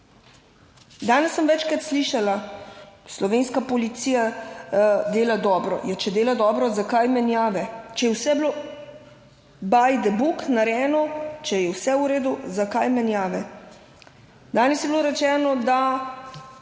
Danes sem večkrat slišala, slovenska policija dela dobro, ja, če dela dobro, zakaj menjave? Če je vse bilo "by the book" narejeno, če je vse v redu, zakaj menjave? Danes je bilo rečeno, da